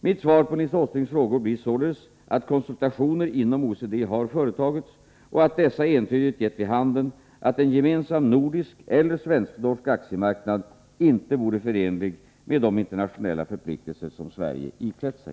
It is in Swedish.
Mitt svar på Nils Åslings frågor blir således att konsultationer inom OECD har företagits och att dessa entydigt gett vid handen att en gemensam nordisk eller svensk-norsk aktiemarknad inte vore förenlig med de internationella förpliktelser som Sverige iklätt sig.